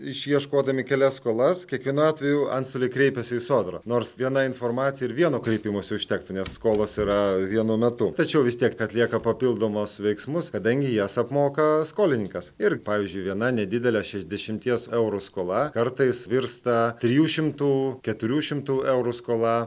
išieškodami kelias skolas kiekvienu atveju antstoliai kreipiasi į sodrą nors viena informacija ir vieno kreipimosi užtektų nes skolos yra vienu metu tačiau vis tiek atlieka papildomus veiksmus kadangi jas apmoka skolininkas ir pavyzdžiui viena nedidelė šešiasdešimties eurų skola kartais virsta trijų šimtų keturių šimtų eurų skola